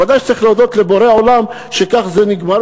ודאי שצריך להודות לבורא עולם שכך זה נגמר,